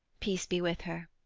peace be with her.